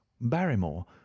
barrymore